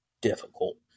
difficult